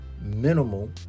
minimal